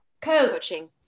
Coaching